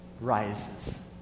rises